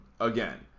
again